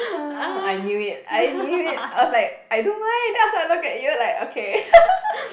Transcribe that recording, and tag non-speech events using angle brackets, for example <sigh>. uh I knew it I knew it I was like I don't mind then after that I look at you like okay <laughs>